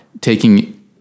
taking